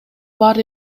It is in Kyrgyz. баары